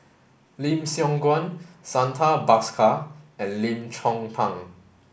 Lim Siong Guan Santha Bhaskar and Lim Chong Pang